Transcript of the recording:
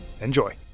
Enjoy